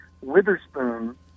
Witherspoon